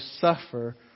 suffer